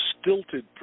stilted